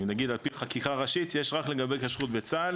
על פי חקיקה ראשית יש רק לגבי כשרות בצה"ל